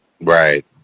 Right